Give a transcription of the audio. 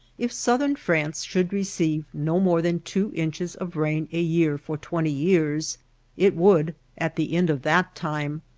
if southern france should receive no more than two inches of rain a year for twenty years it would, at the end of that time,